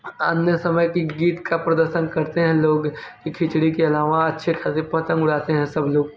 अन्य समय की गीत का प्रदर्शन करते हैं लोग कि खिचड़ी के अलावा अच्छे खासे पतंग उडाते हैं सब लोग